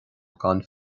gan